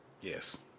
Yes